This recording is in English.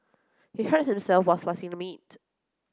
he hurt himself while slicing the meat